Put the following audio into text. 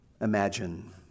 Imagine